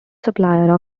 supplier